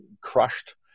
crushed